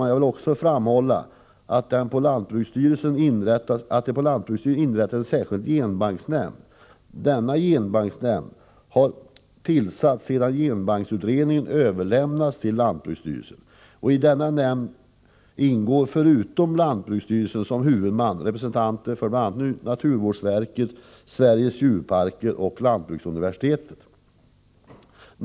Jag vill också erinra om att det på lantbruksstyrelsen har inrättats en särskild genbanksnämnd. Denna nämnd har tillsatts efter det att genbanksutredningen överlämnades till lantbruksstyrelsen. I nämnden ingår —- förutom lantbruksstyrelsen som huvudman — representanter för bl.a. naturvårdsverket, svenska djurparker och lantbruksuniversitetet.